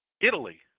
Italy